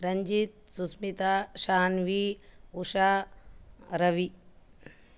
Ranjith Sushmita Saanvi Usha Ravi